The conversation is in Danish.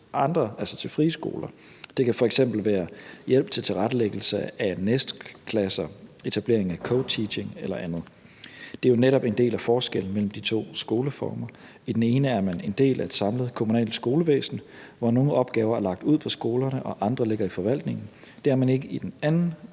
andre, altså til frie skoler. Det kan f.eks. være hjælp til tilrettelæggelse af nestklasser , etablering af co-teaching eller andet. Det er jo netop forskellen på de to skoleformer. I den ene er man en del af et samlet kommunalt skolevæsen, hvor nogle opgaver er lagt ud til skolerne og andre ligger i forvaltningen. Det er man ikke i den anden,